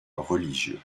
religieux